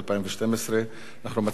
אנחנו מצביעים בקריאה שנייה.